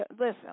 Listen